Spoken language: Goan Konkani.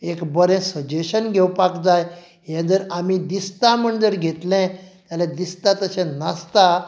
एक बरें सजेशन घेवपाक जाय हें जर आमी दिसता म्हूण जर घेतलें जाल्यार दिसता तशें नासता